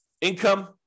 Income